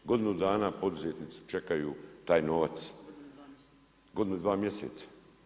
Godinu dana, poduzetnici čekaju taj novac, godinu i 2 mjeseca.